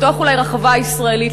לפתוח אולי רחבה ישראלית.